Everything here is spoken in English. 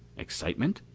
excitement?